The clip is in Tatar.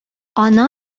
аны